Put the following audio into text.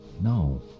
No